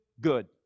good